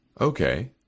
Okay